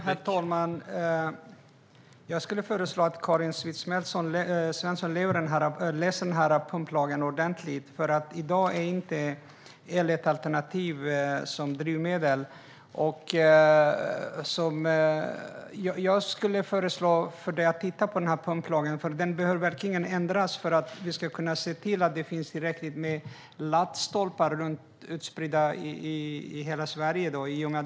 Herr talman! Jag skulle föreslå att Karin Svensson Smith läser pumplagen ordentligt. I dag är el inget alternativ som drivmedel. Titta på pumplagen! Den behöver verkligen ändras för att vi ska kunna se till att det finns tillräckligt med laddstolpar i hela Sverige.